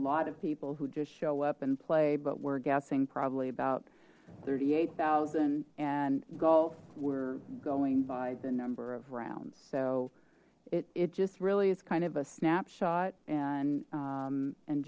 lot of people who just show up and play but we're guessing probably about thirty eight thousand and gulf were going by the number of rounds so it just really is kind of a snapshot and